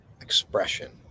expression